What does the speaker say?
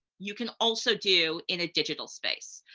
you can also do in a digital space.